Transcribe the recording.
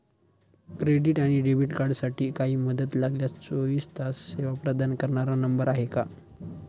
Credit आणि debit कार्डसाठी काही मदत लागल्यास चोवीस तास सेवा प्रदान करणारा नंबर आहे का?